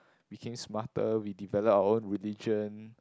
became smarter we develop our own religion